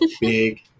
big